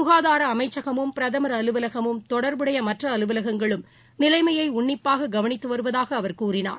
சுகாதார அமைச்சகமும் பிரதமர் அலுவலகமும் தொடர்புடைய மற்ற அலுவலகங்களும் நிலைமையை உன்னிப்பாக கவனித்து வருவதாக அவர் கூறினார்